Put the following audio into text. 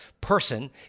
person